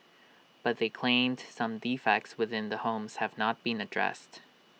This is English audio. but they claimed some defects within the homes have not been addressed